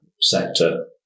sector